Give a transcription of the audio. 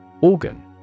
Organ